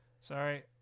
Sorry